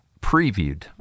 previewed